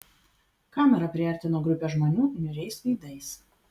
kamera priartino grupę žmonių niūriais veidais